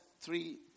three